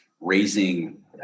raising